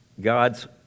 God's